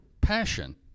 passion